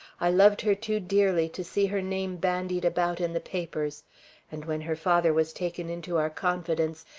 i loved her too dearly to see her name bandied about in the papers and when her father was taken into our confidence,